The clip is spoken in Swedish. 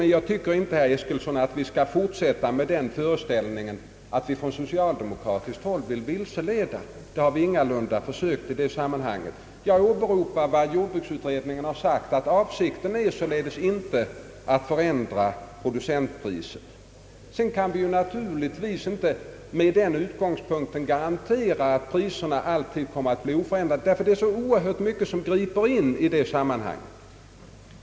Men jag tycker inte, herr Eskilsson, att vi skall fortsätta med den föreställningen att socialdemokraterna vill vilseleda. Det har vi ingalunda försökt. Jag åberopar vad jordbruksutredningen sagt, att avsikten således inte är att förändra producentpriset. Sedan kan vi naturligtvis inte med den utgångspunkten garantera att priserna alltid kommer att bli oförändrade, ty det är så oerhört mycket som griper in i dessa sammanhang.